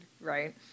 right